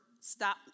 stop